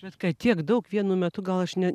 bet kad tiek daug vienu metu gal aš net